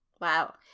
Wow